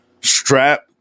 strap